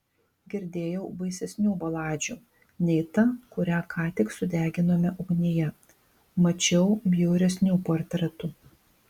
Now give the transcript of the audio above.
girdėjau baisesnių baladžių nei ta kurią ką tik sudeginome ugnyje mačiau bjauresnių portretų